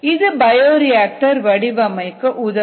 இது பயோரிஆக்டர் வடிவமைக்க உதவும்